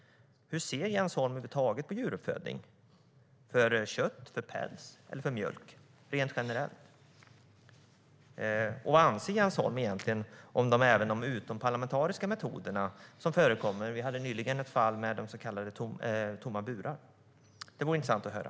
Hur ser Jens Holm på djuruppfödning över huvud taget - för kött, för päls och för mjölk? Och vad anser Jens Holm om de utomparlamentariska metoder som förekommer? Vi hade nyligen ett fall med gruppen som kallar sig Tomma burar. Det vore intressant att höra.